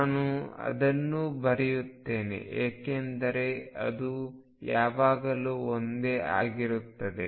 ನಾನು ಅದನ್ನೂ ಬರೆಯುತ್ತೇನೆ ಏಕೆಂದರೆ ಅದು ಯಾವಾಗಲೂ ಒಂದೇ ಆಗಿರುತ್ತದೆ